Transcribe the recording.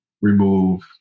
remove